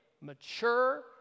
mature